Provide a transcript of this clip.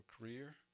career